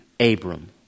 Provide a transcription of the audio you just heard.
Abram